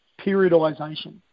periodization